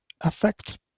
affect